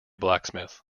blacksmith